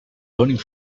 learning